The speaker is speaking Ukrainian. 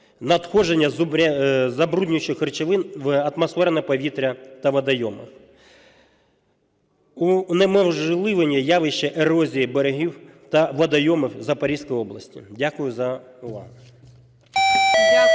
надходження забруднюючих речовин в атмосферне повітря та водойми, унеможливлення явища ерозії берегів та водойм в Запорізькій області. Дякую за увагу.